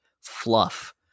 fluff